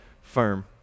firm